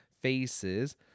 faces